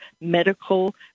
medical